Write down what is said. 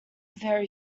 very